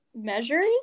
measures